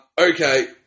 Okay